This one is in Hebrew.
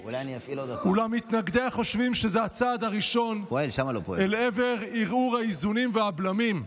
אולם מתנגדיה חושבים שזה הצעד הראשון אל עבר ערעור האיזונים והבלמים,